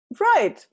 right